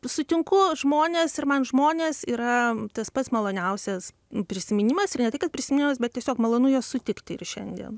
sutinku žmones ir man žmonės yra tas pats maloniausias prisiminimas ir ne tai kad prisiminimas bet tiesiog malonu juos sutikti ir šiandien